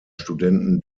studenten